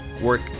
work